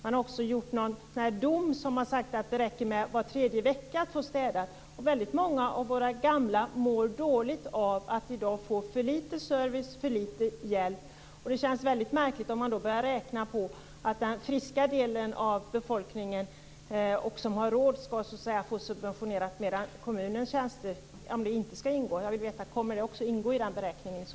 Man har också sagt att det räcker med att få städat var tredje vecka. Väldigt många av våra gamla mår dåligt i dag av att få för litet service, för litet hjälp. Det känns väldigt märkligt om den friska delen av befolkningen som har råd får subventioner, medan kommuners tjänster inte subventioneras.